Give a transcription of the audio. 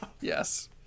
Yes